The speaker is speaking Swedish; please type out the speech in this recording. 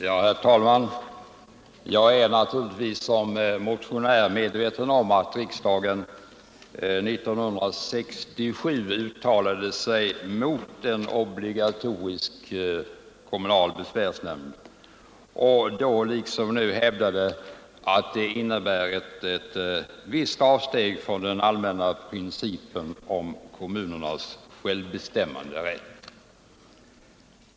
Herr talman! Jag är naturligtvis som motionär medveten om att riksdagen 1967 uttalade sig mot obligatorisk kommunal besvärsnämnd och då liksom nu hävdade att det innebär ett visst avsteg från den allmänna principen om kommunernas självbestämmanderätt.